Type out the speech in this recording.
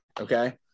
okay